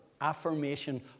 affirmation